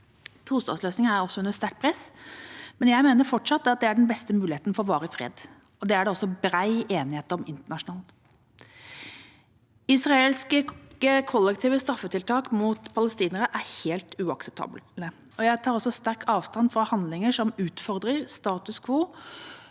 Tostatsløsningen er under sterkt press, men jeg mener fortsatt det er den beste muligheten for varig fred. Det er det også bred enighet om internasjonalt. Israelske kollektive straffetiltak mot palestinere er helt uakseptable. Jeg tar også sterkt avstand fra handlinger som utfordrer status quo